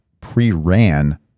pre-ran